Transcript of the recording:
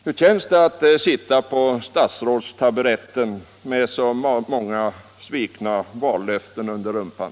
Hur känns det att sitta på statsrådstaburetten med så många svikna vallöften under rumpan?